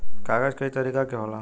कागज कई तरीका के होला